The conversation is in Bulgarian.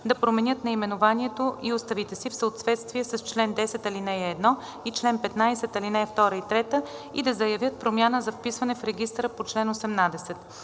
да променят наименованието и уставите си в съответствие с чл. 10, ал. 1 и чл. 15, ал. 2 и 3 и да заявят промяната за вписване в регистъра по чл. 18.